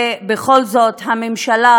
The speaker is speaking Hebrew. ובכל זאת הממשלה,